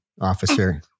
officer